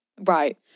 Right